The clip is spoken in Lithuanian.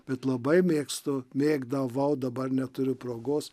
bet labai mėgstu mėgdavau dabar neturiu progos